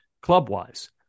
club-wise